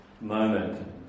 moment